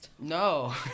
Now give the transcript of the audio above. No